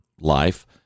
life